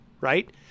right